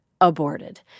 aborted